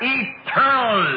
eternal